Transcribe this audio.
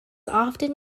often